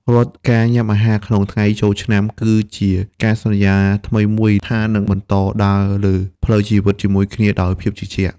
រាល់ការញ៉ាំអាហារក្នុងថ្ងៃចូលឆ្នាំ គឺជាការសន្យាថ្មីមួយថានឹងបន្តដើរលើផ្លូវជីវិតជាមួយគ្នាដោយភាពជឿជាក់។